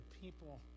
people